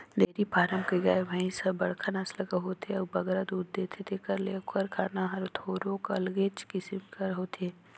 dairy farm के गाय, भंइस ह बड़खा नसल कर होथे अउ बगरा दूद देथे तेकर ले एकर खाना हर थोरोक अलगे किसिम कर होथे